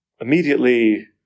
immediately